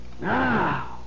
Now